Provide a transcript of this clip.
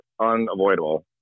unavoidable